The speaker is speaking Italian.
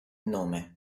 nome